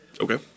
Okay